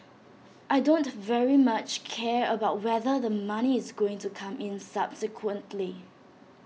I don't very much care about whether the money is going to come in subsequently